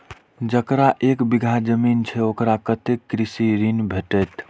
जकरा एक बिघा जमीन छै औकरा कतेक कृषि ऋण भेटत?